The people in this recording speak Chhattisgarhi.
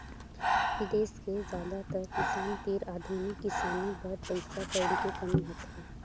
देस के जादातर किसान तीर आधुनिक किसानी बर पइसा कउड़ी के कमी होथे